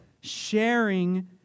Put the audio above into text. sharing